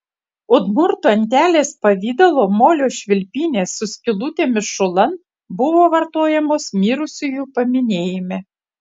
udmurtų antelės pavidalo molio švilpynės su skylutėmis šulan buvo vartojamos mirusiųjų paminėjime